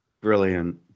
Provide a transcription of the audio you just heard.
Brilliant